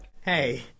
Hey